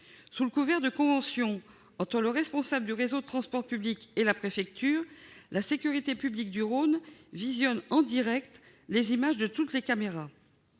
Sous le couvert d'une convention entre le responsable du réseau de transport public et la préfecture, la sécurité publique du Rhône visionne en direct les images de toutes leurs caméras.